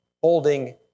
holding